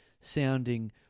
sounding